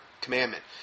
commandment